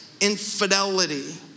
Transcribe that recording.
infidelity